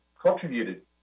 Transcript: contributed